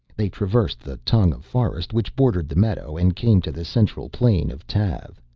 they traversed the tongue of forest which bordered the meadow and came to the central plain of tav.